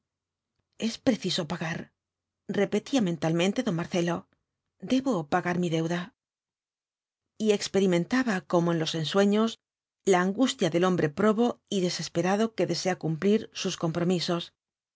es preciso pagar repetía mentalmente don marcelo debo pagar mi deuda y experimentaba como en los ensueños la angustia del hombre probo y desesperado que desea cumplir sus compromisos